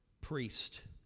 priest